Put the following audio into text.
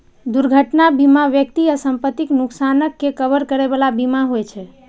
दुर्घटना बीमा व्यक्ति आ संपत्तिक नुकसानक के कवर करै बला बीमा होइ छे